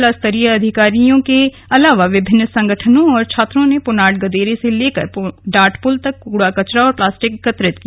जिलास्तरीय अधिकारियों के अलावा विभिन्न संगठनों और छात्रों ने पुनाड गदेरे से लेकर डाट पुल तक कूड़ा कचरा और प्लास्टिक एकत्रित किया